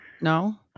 No